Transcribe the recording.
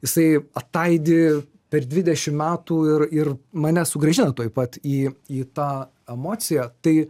jisai ataidi per dvidešimt metų ir ir mane sugrąžina tuoj pat į į tą emociją tai